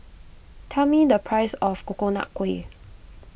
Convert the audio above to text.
tell me the price of Coconut Kuih